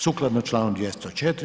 Sukladno čl. 204.